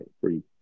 free